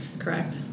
correct